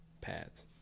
pads